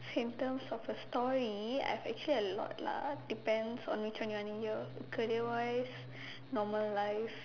symptoms of a story I have actually a lot lah depends on which one you wanna hear career wise normal life